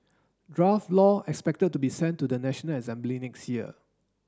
draft law expected to be sent to the National Assembly next year